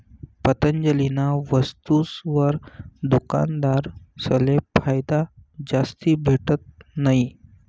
पतंजलीना वस्तुसवर दुकानदारसले फायदा जास्ती भेटत नयी